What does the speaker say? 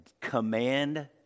command